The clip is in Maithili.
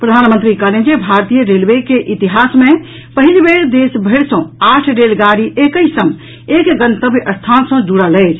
प्रधानमंत्री कहलनि जे भारतीय रेलवे के इतिहास मे पहिल बेर देशभरि सॅ आठ रेलगाड़ी एकहि संग एक गन्तव्य स्थान सॅ जुड़ल अछि